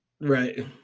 Right